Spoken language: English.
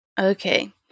Okay